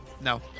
No